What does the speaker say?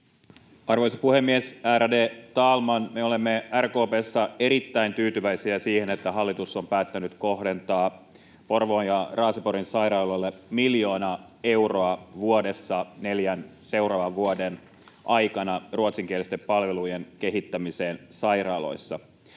Arvoisa puhemies, ärade talman! Me olemme RKP:ssä erittäin tyytyväisiä siihen, että hallitus on päättänyt kohdentaa Porvoon ja Raaseporin sairaaloille miljoona euroa vuodessa neljän seuraavan vuoden aikana ruotsinkielisten palvelujen kehittämiseen sairaaloissa.